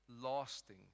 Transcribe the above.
lasting